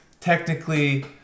technically